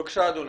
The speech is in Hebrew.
בבקשה אדוני,